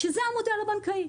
זה המודל הבנקאי.